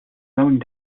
going